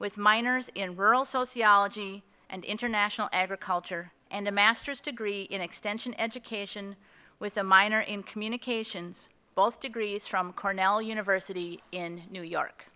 with minors in rural sociology and international agriculture and a masters degree in extension education with a minor in communications both degrees from cornell university in new york